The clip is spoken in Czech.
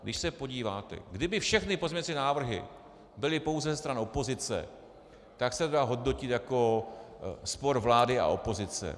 Když se podíváte, kdyby všechny pozměňovací návrhy byly pouze ze strany opozice, tak se to dá hodnotit jako spor vlády a opozice.